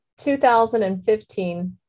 2015